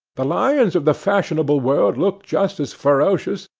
the lions of the fashionable world look just as ferocious,